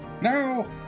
now